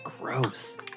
gross